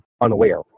unaware